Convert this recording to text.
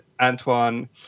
Antoine